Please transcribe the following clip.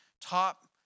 top